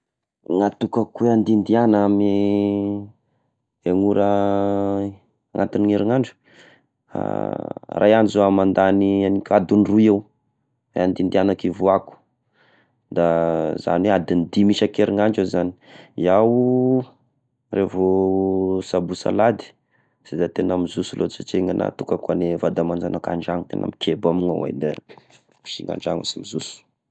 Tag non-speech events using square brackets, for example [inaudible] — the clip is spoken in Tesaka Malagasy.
[noise] Natokako hoe handindihagna amy ny ora agnatin'ny herinandro [hesitation] iray andro zao iaho mandany egny ka adin'ny roy eo, handindihagnako, hivoahako, da zagny hoe adin'ny dimy isan-kerinandro izagny, iaho revo sabosy, alahady, sy da tegna mizoso loatra satria igny ninahy natokako hoan'ny vady aman-anjanako an-dragno, tegna mikeba amignao igny de kosigna an-tragno, sy mizoso.